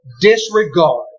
disregard